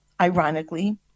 ironically